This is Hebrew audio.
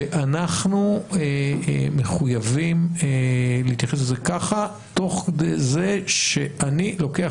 ואנחנו מחויבים להתייחס לזה כך תוך כדי זה שאני לוקח